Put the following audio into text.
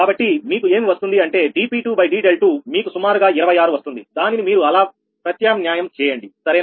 కాబట్టి మీకు ఏమీ వస్తుంది అంటే dp2d∂2 మీకు సుమారుగా 26 వస్తుంది దానిని మీరు అలా ప్రత్యామ్న్యాయం చేయండి సరేనా